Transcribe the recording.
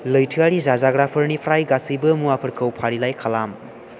लैथोआरि जाजाग्राफोरनिफ्राय गासैबो मुवाफोरखौ फारिलाइ खालाम